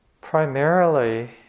Primarily